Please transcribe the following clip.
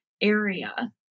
area